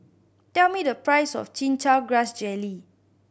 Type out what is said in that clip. tell me the price of Chin Chow Grass Jelly